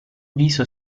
viso